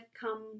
come